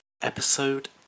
episode